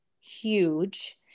huge